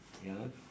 ya